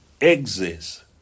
exist